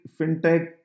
fintech